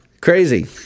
Crazy